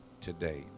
today